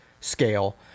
scale